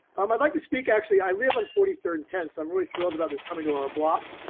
um i'd like to speak. actually, i live on forty third and ten so i'm really thrilled about this coming to our ah block,